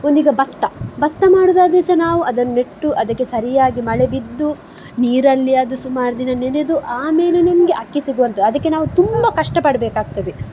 ಒಂದು ಈಗ ಬತ್ತ ಬತ್ತ ಮಾಡೋದಾದ್ರೆ ಸಹ ನಾವು ಅದನ್ನು ನೆಟ್ಟು ಅದಕ್ಕೆ ಸರಿಯಾಗಿ ಮಳೆ ಬಿದ್ದು ನೀರಲ್ಲಿ ಅದು ಸುಮಾರು ದಿನ ನೆನೆದು ಆಮೇಲೆ ನಿಮಗೆ ಅಕ್ಕಿ ಸಿಗುವಂಥದ್ದು ಅದಕ್ಕೆ ನಾವು ತುಂಬ ಕಷ್ಟಪಡಬೇಕಾಗ್ತದೆ